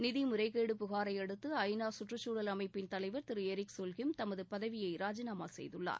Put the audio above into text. நிதி முறைகேடு புகாரையடுத்து ஐ நா சுற்றுச்சூழல் அமைப்பின் தலைவர் திரு எரிக் சோல்ஹிம் தனது பதவியை ராஜினாமா செய்துள்ளார்